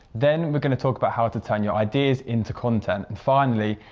then, we're going to talk about how to turn your ideas into content. and finally,